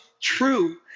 true